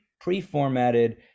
pre-formatted